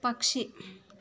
പക്ഷി